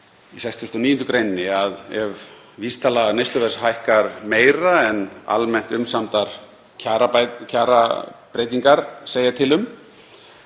í 69. gr., að ef vísitala neysluverðs hækkar meira en almennt umsamdar kjarabreytingar segja til um